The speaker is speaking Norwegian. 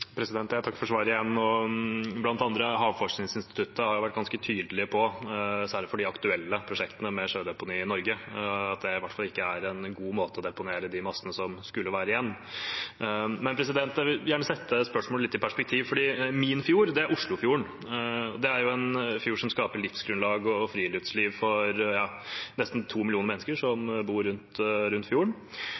Jeg takker igjen for svaret. Blant annet har Havforskningsinstituttet vært ganske tydelig på, særlig for de aktuelle prosjektene med sjødeponi i Norge, at det i hvert fall ikke er en god måte å deponere de massene som skulle være igjen, på. Men jeg vil gjerne sette spørsmålet litt i perspektiv. Min fjord er Oslofjorden. Det er en fjord som skaper livsgrunnlag og friluftsliv for nesten to millioner mennesker, som bor rundt fjorden.